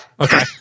Okay